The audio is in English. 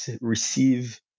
receive